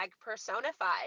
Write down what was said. personified